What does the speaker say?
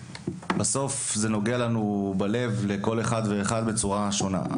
בסוף זה נוגע לנו בלב, לכל אחד ואחד בצורה שונה.